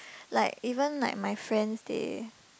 like even like my friends they